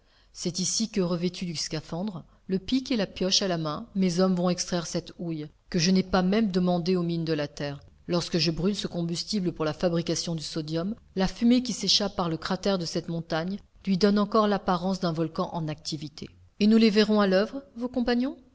c'est ici que revêtus du scaphandre le pic et la pioche à la main mes hommes vont extraire cette houille que je n'ai pas même demandée aux mines de la terre lorsque je brûle ce combustible pour la fabrication du sodium la fumée qui s'échappe par le cratère de cette montagne lui donne encore l'apparence d'un volcan en activité et nous les verrons à l'oeuvre vos compagnons